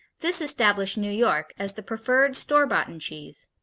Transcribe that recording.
this established new york as the preferred store-boughten cheese.